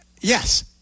yes